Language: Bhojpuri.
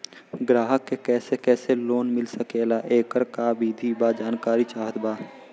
ग्राहक के कैसे कैसे लोन मिल सकेला येकर का विधि बा जानकारी चाहत बा?